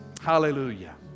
Hallelujah